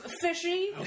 fishy